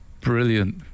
brilliant